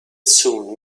zum